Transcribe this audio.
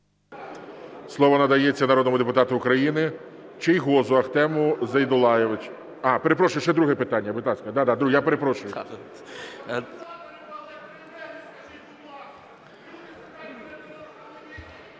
Слово надається народному депутату України Чийгозу Ахтему Зейтуллайовичу.